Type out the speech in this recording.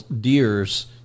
deers